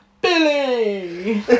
Billy